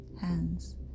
Hands